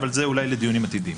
אבל זה אולי לדיונים עתידיים.